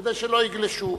כדי שלא יגלשו.